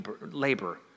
labor